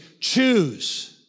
Choose